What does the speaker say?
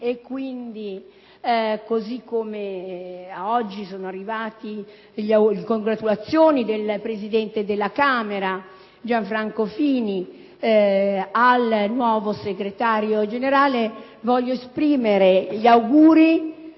auguriamo. Così come oggi sono arrivate le congratulazioni del presidente della Camera Gianfranco Fini al nuovo segretario generale, voglio esprimere a